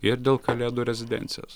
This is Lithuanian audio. ir dėl kalėdų rezidencijos